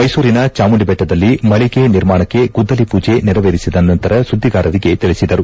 ಮೈಸೂರಿನ ಚಾಮುಂಡಿಬೆಟ್ಟದಲ್ಲಿ ಮಳಿಗೆ ನಿರ್ಮಾಣಕ್ಕೆ ಗುದ್ದಲಿ ಪೂಜೆ ನೆರವೇರಿಸಿದ ನಂತರ ಸುದ್ದಿಗಾರರಿಗೆ ತಿಳಿಸಿದರು